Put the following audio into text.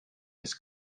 was